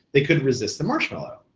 they could resist the marshmallow.